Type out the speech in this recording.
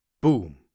Boom